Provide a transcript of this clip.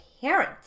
parent